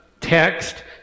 text